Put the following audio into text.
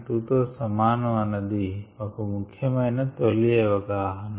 2 తో సమానము అన్నది ఒక ముఖ్య మైన తొలి అవగాహన